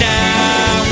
now